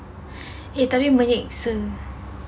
!hey! tapi banyak seh